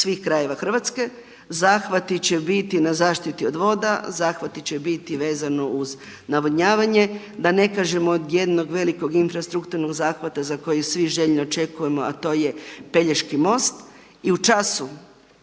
svih krajeva Hrvatske. Zahvati će biti na zaštiti od voda, zahvati će biti vezano uz navodnjavanje da ne kažemo od jednog velikog infrastrukturnog zahvata za koji svi željni očekujemo a to je Pelješki most. I u času